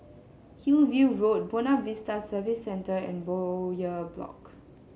Hillview Road Buona Vista Service Centre and Bowyer Block